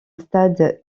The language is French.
stade